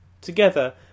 Together